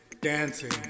dancing